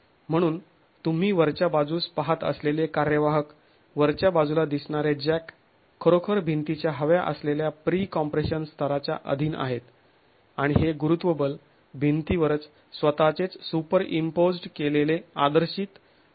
म्हणून तुम्ही वरच्या बाजूस पाहत असलेले कार्यवाहक वरच्या बाजूला दिसणारे जॅक खरोखर भिंतीच्या हव्या असलेल्या प्री कॉम्प्रेशन स्तराच्या अधीन आहेत आणि हे गुरुत्व बल भिंतीवरच स्वतःचेच सुपरइंम्पोज्ड् केलेले आदर्शीत करण्यासाठी आहेत